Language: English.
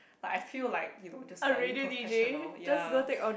like I feel like you know just slightly professional ya